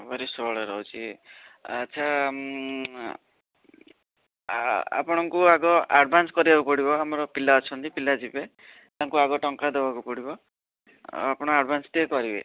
ଫେବୃୟାରୀ ଷୋହଳରେ ହେଉଛି ଆଚ୍ଛା ଆପଣଙ୍କୁ ଆଗ ଆଡ୍ଭାନ୍ସ୍ କରିବାକୁ ପଡ଼ିବ ଆମର ପିଲା ଅଛନ୍ତି ପିଲା ଯିବେ ତାଙ୍କୁ ଆଗ ଟଙ୍କା ଦେବାକୁ ପଡ଼ିବ ଆପଣ ଆଡ୍ଭାନ୍ସ୍ ଟିକିଏ କରିବେ